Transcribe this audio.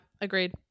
agreed